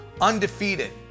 undefeated